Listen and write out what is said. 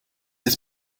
ist